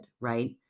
right